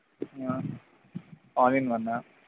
all in వనా